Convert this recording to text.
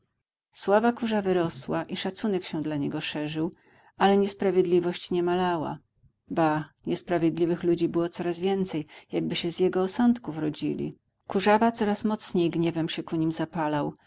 sława kurzawy rosła i szacunek się dla niego szerzył ale niesprawiedliwość nie malała ba niesprawiedliwych ludzi było coraz więcej jakby się z jego osądków rodzili kurzawa coraz mocniej gniewem się ku nim zapalał